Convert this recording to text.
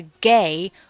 gay